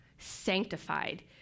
Sanctified